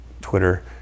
Twitter